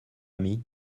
ami